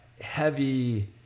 heavy